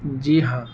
جی ہاں